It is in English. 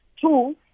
Two